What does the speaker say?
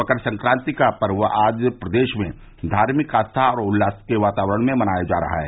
मकर संक्रान्ति का पर्व आज प्रदेश में धार्मिक आस्था और उल्लास के वातावरण में मनाया जा रहा है